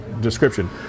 description